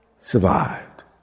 survived